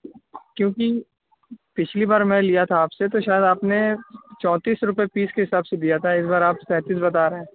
کیونکہ پچھلی بار میں لیا تھا آپ سے تو شاید آپ نے چونتیس روپئے پیس کے حساب سے دیا تھا اس بار آپ سینتیس بتا رہے ہیں